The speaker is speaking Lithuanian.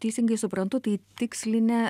teisingai suprantu tai tikslinę